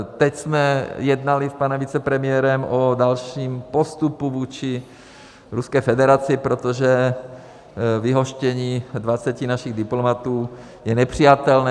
Teď jsme jednali s panem vicepremiérem o dalším postupu vůči Ruské federaci, protože vyhoštění 20 našich diplomatů je nepřijatelné.